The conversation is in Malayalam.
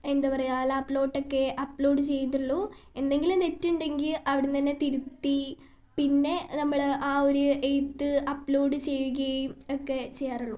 എന്താ പറയുകയ ലാപ്പിലോട്ടൊക്കെ അപ്ലോഡ് ചെയ്യത്തുള്ളൂ എന്തെങ്കിലും നെറ്റുണ്ടെങ്കിൽ അവിടെ നിന്നുതന്നെ തിരുത്തി പിന്നെ നമ്മൾ ആ ഒരു ഇത് അപ്ലോഡ് ചെയ്യുകയും ഒക്കെ ചെയ്യാറുള്ളൂ